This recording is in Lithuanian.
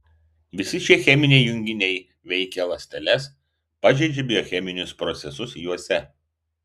visi šie cheminiai junginiai veikia ląsteles pažeidžia biocheminius procesus juose